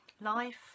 Life